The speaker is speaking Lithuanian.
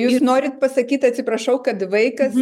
jūs norit pasakyt atsiprašau kad vaikas